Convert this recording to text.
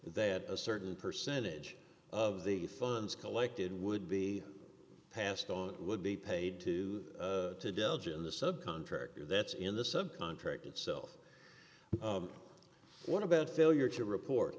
that a certain percentage of the funds collected would be passed on would be paid to to divulge and the subcontractor that's in the sub contract itself what about failure to report